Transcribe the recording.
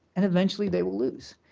and eventually they will lose.